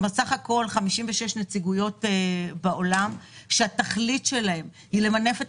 יש סך הכל 56 נציגויות בעולם שהתכלית שלהן היא למנף את